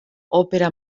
opera